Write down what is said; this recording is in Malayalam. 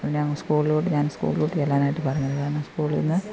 പിന്നങ്ങ് സ്കൂളിലോട്ട് ഞാൻ സ്കൂളിലോട്ട് ചെല്ലാൻ ആയിട്ട് പറഞ്ഞത് അതാണ് സ്കൂളിന്ന്